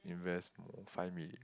invest moer five million